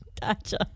Gotcha